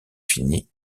fini